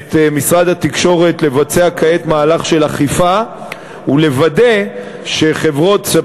את משרד התקשורת לבצע כעת מהלך של אכיפה ולוודא שספקיות